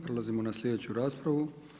Prelazimo na sljedeću raspravu.